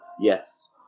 Yes